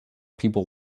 people